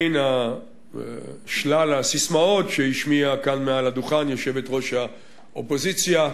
כשבין שלל הססמאות שהשמיעה כאן מעל הדוכן יושבת-ראש האופוזיציה,